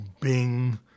Bing